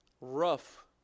Rough